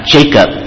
Jacob